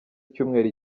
icyumweru